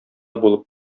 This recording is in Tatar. булып